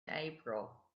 april